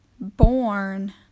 born